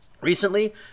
recently